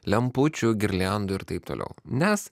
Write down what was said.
lempučių girliandų ir taip toliau nes